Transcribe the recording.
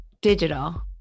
digital